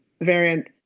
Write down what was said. variant